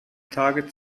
tage